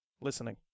Listening